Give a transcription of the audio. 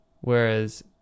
Whereas